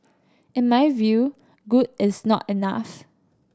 in my view good is not enough